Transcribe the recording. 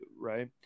right